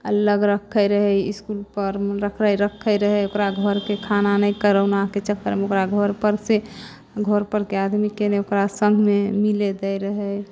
अलग रखै रहै इसकुल परमे रखै रहै ओकरा घरके खाना नहि कोरोनाके चक्करमे ओकरा घर पर से घर परके आदमीके नहि ओकरा संगमे मिले दै रहै